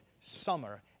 summer